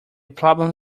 problem